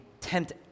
tempt